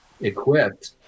equipped